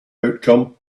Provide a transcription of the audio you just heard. outcome